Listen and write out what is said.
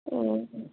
oh